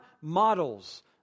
models